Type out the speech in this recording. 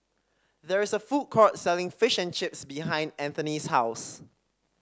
there is a food court selling Fish and Chips behind Anthony's house